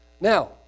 Now